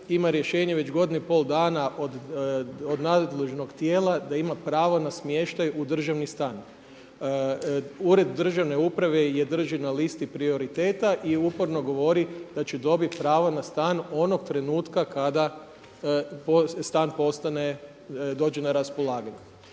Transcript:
ima rješenje već godinu i pol dana od nadležnog tijela da ima pravo na smještaj u državni stan. Ured državne uprave je drži na listi prioriteta i uporno govori da će dobiti pravo na stan onog trenutka kada stan postane, dođe na raspolaganje.